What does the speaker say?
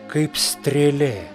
kaip strėlė